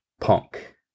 Punk